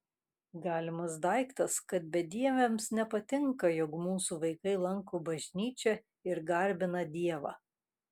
galimas daiktas kad bedieviams nepatinka jog mūsų vaikai lanko bažnyčią ir garbina dievą